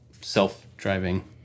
self-driving